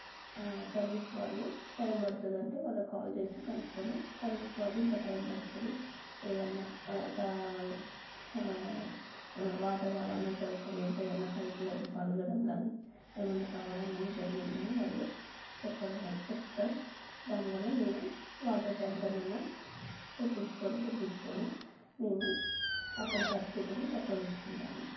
ఆ సర్వీస్ వాళ్ళు టైం పడుతదంటే వాళ్ళకు కాల్ చేసి కనుక్కొని సర్వీస్ వాళ్ళు ఇంకా టైం పడుతుంది ఏదైనా ఒక వాటర్ రవాణా సౌకర్యం ఉంటే ఏదైనా పైప్లైన్ పాలగడం కానీ ఏమన్నా కావడం కానీ జరిగిందని వాళ్ళు చెప్పడం చెప్తే దాని వల్ల మేము వాటర్ ట్యాంకర్ను అయినా తెప్పించుకొని పిలిపించుకోని మేము అప్పటి పరిస్థితిని చక్కబెట్టుకుంటాము